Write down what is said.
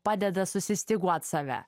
padeda susistyguot save